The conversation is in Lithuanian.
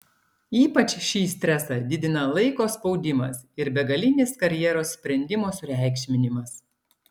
ypač šį stresą didina laiko spaudimas ir begalinis karjeros sprendimo sureikšminimas